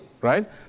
right